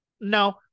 No